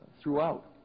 throughout